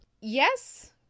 Yes